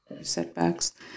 Setbacks